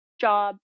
job